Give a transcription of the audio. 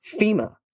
FEMA